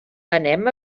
anem